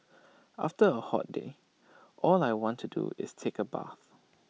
after A hot day all I want to do is take A bath